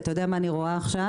אתה יודע מה אני רואה עכשיו?